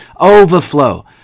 overflow